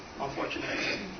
unfortunately